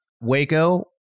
Waco